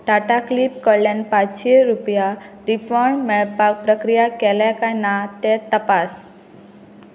टाटा क्किक कडल्यान पांचशी रुपया रिफंड मेळपाक प्रक्रिया केल्या काय ना तें तपास